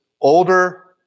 older